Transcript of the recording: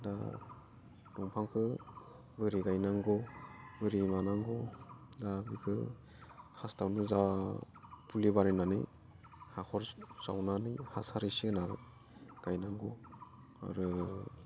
दा दंफांखौ बोरै गायनांगौ बोरै मानांगौ बेखौ फार्स्टआवनो जा फुलि बानायनानै हाखर जावनानै हासार इसे होनानै गायनांगौ आरो